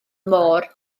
môr